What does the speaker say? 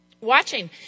watching